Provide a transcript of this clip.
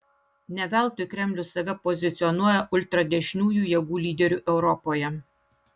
ne veltui kremlius save pozicionuoja ultradešiniųjų jėgų lyderiu europoje